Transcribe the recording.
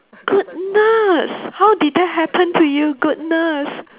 goodness how did that happen to you goodness